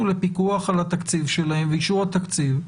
לפיקוח על התקציב שלהם ואישור התקציב,